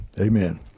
amen